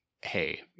hey